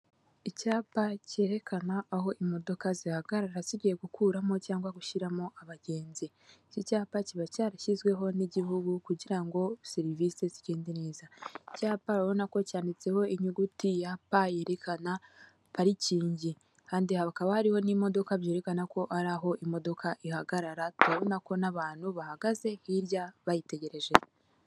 Icyapa cyerekana aho imodoka zihagarara zigiye gukuramo cyangwa gushyiramo abagenzi iki cyapa kiba cyarashyizweho n'igihugu kugira ngo serivisi zigende neza icyapa urabona ko cyanditseho inyuguti ya P yerekana parikingi kandi hakaba hari n'imodoka byerekana ko ari aho imodoka ihagarara turabona ko n'abantu bahagaze hirya bayitegereje.